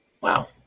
Wow